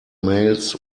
mails